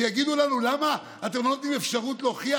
שיגידו לנו: למה אתם לא נותנים אפשרות להוכיח,